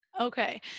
Okay